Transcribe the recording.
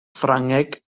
ffrangeg